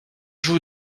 jouent